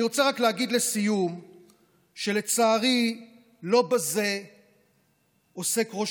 אני רק רוצה להגיד לסיום שלצערי לא בזה עוסק ראש